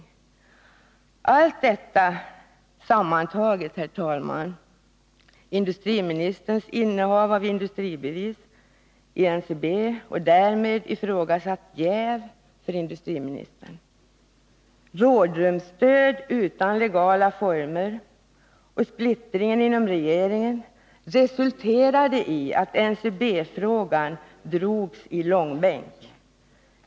Herr talman! Allt detta sammantaget — industriministerns innehav av industribevis i NCB och på grund därav ifrågasatt jäv, rådrumsstöd utan legala former och splittringen inom regeringen — resulterade i att NCB-frågan drogs i långbänk.